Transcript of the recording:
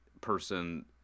person